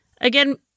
again